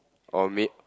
or may~